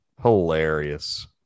Hilarious